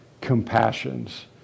compassions